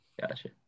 Gotcha